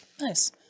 Nice